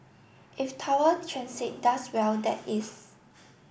if Tower Transit does well that is